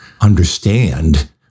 understand